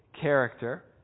character